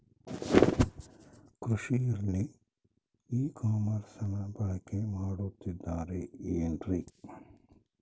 ಕೃಷಿಯಲ್ಲಿ ಇ ಕಾಮರ್ಸನ್ನ ಬಳಕೆ ಮಾಡುತ್ತಿದ್ದಾರೆ ಏನ್ರಿ?